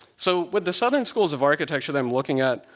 so with the southern schools of architecture that i'm looking at,